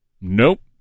Nope